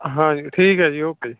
ਹਾਂਜੀ ਠੀਕ ਹੈ ਜੀ ਓਕੇ